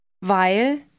Weil